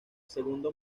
segundo